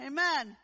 Amen